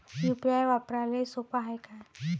UPI वापराले सोप हाय का?